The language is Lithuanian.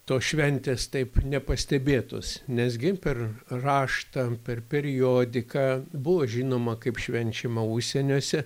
tos šventės taip nepastebėtos nes gi per raštą per periodiką buvo žinoma kaip švenčiama užsieniuose